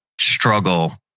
struggle